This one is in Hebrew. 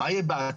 מה יהיה בעתיד?